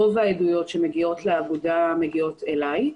רוב העדויות שמגיעות לאגודה, מגיעות אליי.